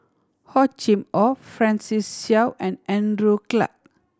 Hor Chim Or Francis Seow and Andrew Clarke